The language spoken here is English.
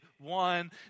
one